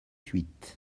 huit